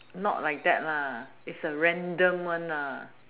not like that lah it's a random one ah